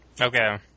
Okay